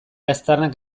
aztarnak